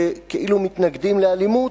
שכאילו מתנגדים לאלימות,